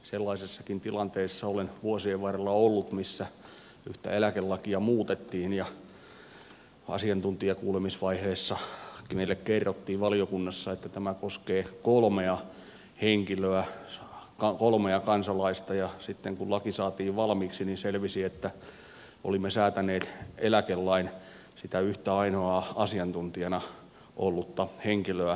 sellaisessakin tilanteessa olen vuosien varrella ollut missä yhtä eläkelakia muutettiin ja kun asiantuntijakuulemisvaiheessa meille kerrottiin valiokunnassa että tämä koskee kolmea henkilöä kolmea kansalaista niin sitten kun laki saatiin valmiiksi selvisi että olimme säätäneet eläkelain sitä yhtä ainoaa asiantuntijana ollutta henkilöä koskien